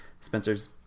Spencer's